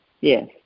Yes